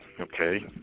okay